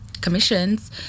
commissions